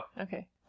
Okay